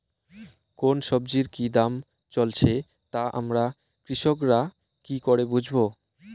কোন সব্জির কি দাম চলছে তা আমরা কৃষক রা কি করে বুঝবো?